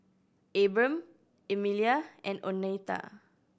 Abram Emilia and Oneta